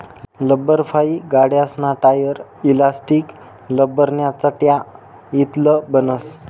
लब्बरफाइ गाड्यासना tyre, elastic, लब्बरन्या चटया इतलं बनस